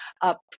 up